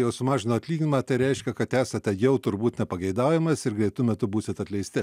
jau sumažino atlyginimą tai reiškia kad esate jau turbūt nepageidaujamas ir greitu metu būsit atleist